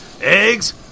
Eggs